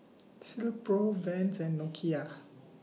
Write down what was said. Silkpro Vans and Nokia